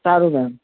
સારું મેમ